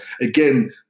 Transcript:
again